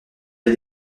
des